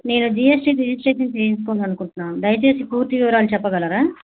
నేను GST registration చేయిసుకోవాలనుకుంటున్నాను దయచేసి పూర్తి వివరాలు చెప్పగలరా